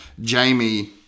Jamie